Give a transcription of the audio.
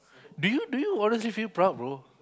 do you do you honestly feel proud bro